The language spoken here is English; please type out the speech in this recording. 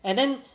and then